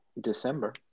december